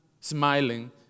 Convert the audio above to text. smiling